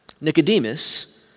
Nicodemus